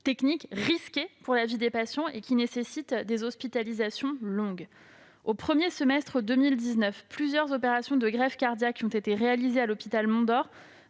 techniques, risquées pour la vie des patients. Elles nécessitent des hospitalisations longues. Au premier semestre 2019, plusieurs opérations de greffe cardiaque réalisées à l'hôpital Henri-Mondor